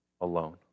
alone